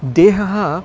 देहः